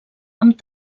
amb